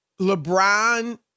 LeBron